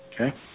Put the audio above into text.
Okay